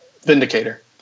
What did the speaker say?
Vindicator